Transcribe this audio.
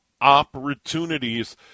opportunities